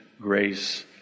grace